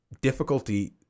Difficulty